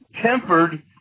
tempered